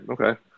Okay